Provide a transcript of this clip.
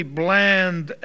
bland